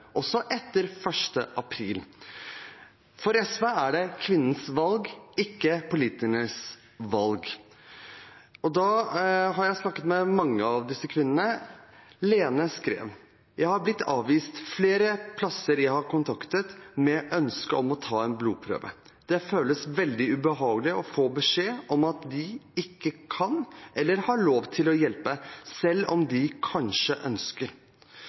etter 1. april. For SV er det kvinnens valg, ikke politikernes valg. Da har jeg snakket med mange av disse kvinnene. Lene skrev: Jeg har blitt avvist flere plasser jeg har kontaktet med ønske om å ta en blodprøve. Det føles veldig ubehagelig å få beskjed om at de ikke kan eller har lov til å hjelpe, selv om de kanskje ønsker.